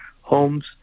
homes –